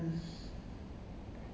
uh